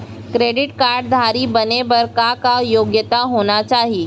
Credit card धारी बने बर का का योग्यता होना चाही?